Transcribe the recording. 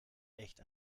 echt